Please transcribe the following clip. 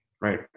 Right